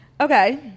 Okay